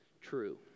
true